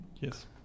yes